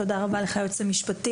תודה רבה לך, היועץ המשפטי.